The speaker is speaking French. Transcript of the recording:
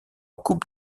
coupe